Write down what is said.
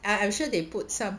I'm sure they put some